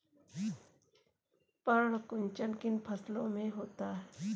पर्ण कुंचन किन फसलों में होता है?